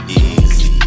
easy